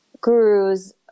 gurus